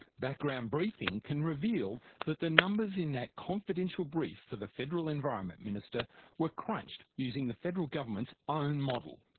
background briefing can reveal that the numbers in that confidential brief for the federal environment minister were crunched using the federal government's own model.